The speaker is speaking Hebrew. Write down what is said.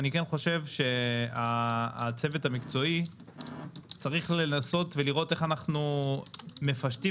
אני כן חושב שהצוות המקצועי צריך לראות איך אנו מפשטים